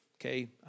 okay